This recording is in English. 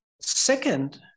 Second